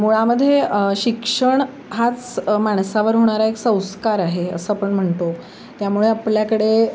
मुळामध्ये शिक्षण हाच माणसावर होणारा एक संस्कार आहे असं आपण म्हणतो त्यामुळे आपल्याकडे